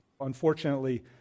Unfortunately